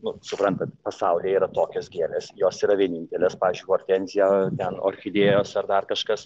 nu suprantat pasaulyje yra tokios gėlės jos yra vienintelės pavyzdžiui hortenzija ten orchidėjos ar dar kažkas